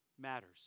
Matters